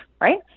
right